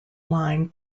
line